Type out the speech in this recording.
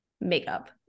makeup